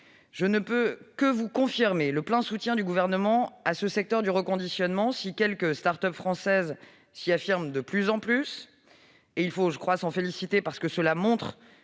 je ne puis que vous confirmer le plein soutien du Gouvernement à ce secteur du reconditionnement. Quelques start-up françaises s'y affirment de plus en plus, et il faut, je crois, s'en féliciter, parce que cela montre